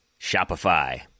Shopify